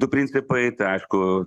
du principai tai aišku